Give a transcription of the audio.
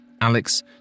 Alex